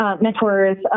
mentors